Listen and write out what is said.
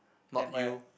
then where